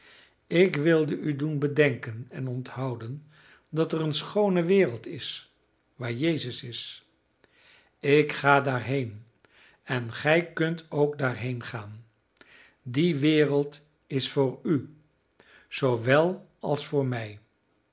ik wilde u doen bedenken en onthouden dat er een schoone wereld is waar jezus is ik ga daarheen en gij kunt ook daarheen gaan die wereld is voor u zoowel als voor mij